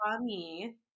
funny